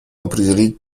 определить